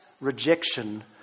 rejection